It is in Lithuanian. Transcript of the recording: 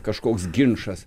kažkoks ginčas